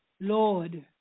Lord